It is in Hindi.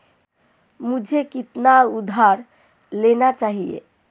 मुझे कितना उधार लेना चाहिए?